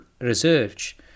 research